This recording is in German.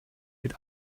mit